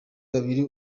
babiri